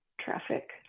traffic